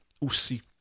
aussi